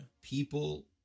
People